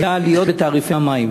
והיו עליות בתעריפי המים,